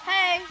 Hey